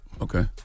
Okay